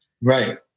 Right